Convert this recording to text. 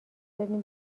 دادیم